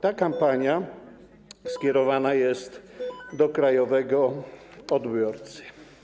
Ta kampania skierowana jest do krajowego odbiorcy.